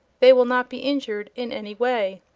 they will not be injured in any way.